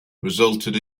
resulted